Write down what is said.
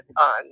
on